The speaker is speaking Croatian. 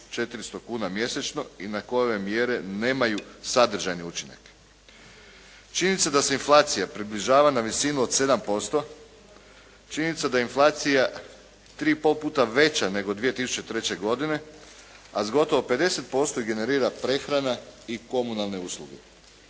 400 kuna mjesečno i na koje mjere nemaju sadržajni učinak. Čini mi se da se inflacija približava na visinu od 7%. Činjenica da je inflacija 3 i pol puta veća nego 2003. godine, a s gotovo 50% generira prehrana i komunalne usluge.